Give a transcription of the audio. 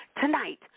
tonight